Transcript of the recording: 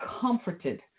comforted